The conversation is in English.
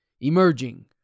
Emerging